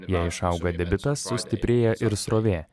jei išauga debitas sustiprėja ir srovė